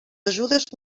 ajudes